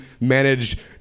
manage